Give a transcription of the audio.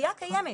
התביעה קיימת.